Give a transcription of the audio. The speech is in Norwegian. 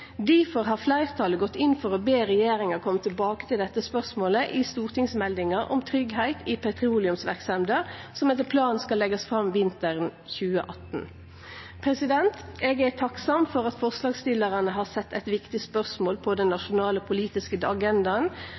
Difor har fleirtalet gått inn for å be regjeringa kome tilbake til dette spørsmålet i stortingsmeldinga om tryggleik i petroleumsverksemder som etter planen skal leggjast fram vinteren 2018. Eg er takksam for at forslagsstillarane har sett eit viktig spørsmål på den nasjonale politiske